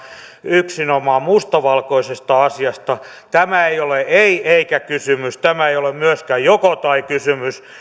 yksinomaan mustavalkoisesta asiasta tämä ei ole ei eikä kysymys tämä ei ole myöskään joko tai kysymys